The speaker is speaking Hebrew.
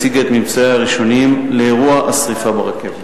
הציגה את ממצאיה הראשוניים על אירוע השרפה ברכבת.